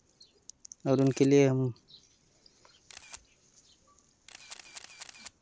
और उनके लिए हम